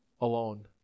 alone